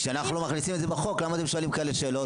כשאנחנו לא מכניסים את זה בחוק למה אתם שואלים כאלה שאלות?